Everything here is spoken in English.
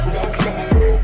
Necklace